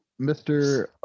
Mr